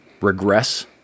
regress